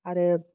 आरो